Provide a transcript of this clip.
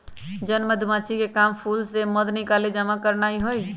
जन मधूमाछिके काम फूल से मध निकाल जमा करनाए हइ